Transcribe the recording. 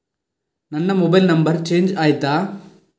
ನನ್ನ mobile number change ಆಯ್ತಾ?